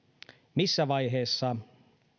missä vaiheessa